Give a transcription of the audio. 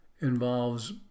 involves